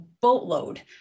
boatload